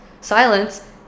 silence